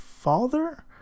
father